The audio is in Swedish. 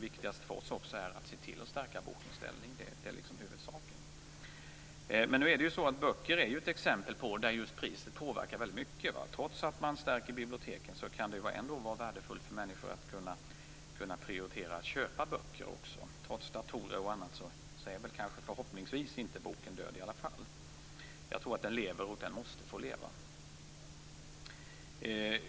Viktigast också för oss är att se till att bokens ställning stärks. Det är liksom huvudsaken. Just böcker är ett exempel på att priset påverkar väldigt mycket. Trots att man stärker biblioteken kan det vara värdefullt för människor att kunna prioritera köp av böcker. Trots datorer och annat är boken, förhoppningsvis, inte död. Jag tror att boken lever - och boken måste få leva!